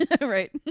Right